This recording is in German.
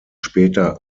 später